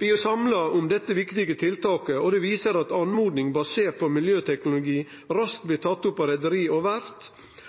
Vi er samla om dette viktige tiltaket, og det viser at oppmodingar baserte på miljøteknologi raskt blir tatt opp av reiarlag og